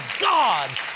God